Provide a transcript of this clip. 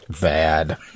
Bad